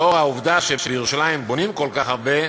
לאור העובדה שבירושלים בונים כל כך הרבה,